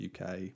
UK